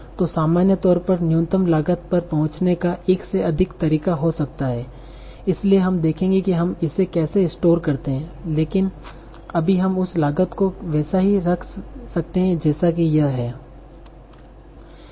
तो सामान्य तौर पर न्यूनतम लागत पर पहुंचने का एक से अधिक तरीका हो सकता है इसलिए हम देखेंगे कि हम इसे कैसे स्टोर करते हैं लेकिन अभी हम उस लागत को वैसा ही रख सकते हैं जैसा कि यह है